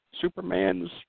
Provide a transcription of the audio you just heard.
Superman's